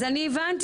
אז אני הבנתי,